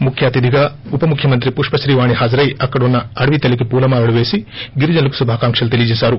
ముఖ్య అతిధిగా ఉపముఖ్యమంత్రి పుష్ప శ్రీవాణి హాజరయి అక్కడ ఉన్న అడవితల్లికి పూలమాలలు వేసీ గిరిజనులకు శుభాకాంక్షలు తెలియచేశారు